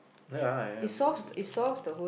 ya I am not going to give you the one